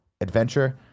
adventure